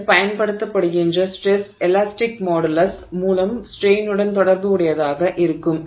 நீங்கள் பயன்படுத்தப்படுகின்ற stress elastic modulus மூலம் ஸ்ட்ரெய்னுடன் தொடர்புடையதாக இருக்கும்